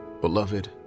Beloved